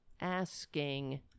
asking